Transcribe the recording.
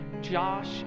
Josh